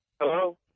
Hello